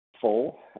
full